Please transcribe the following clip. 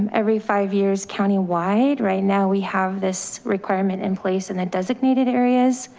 every five years countywide. right now we have this requirement in place in the designated areas.